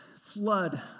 flood